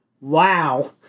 Wow